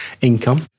income